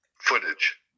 footage